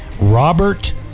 Robert